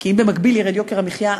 כי אם במקביל ירד יוקר המחיה,